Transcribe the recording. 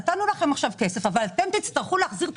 נתנו לכן עכשיו כסף אבל אתן תצטרכו להחזיר את